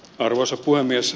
arvoisa puhemies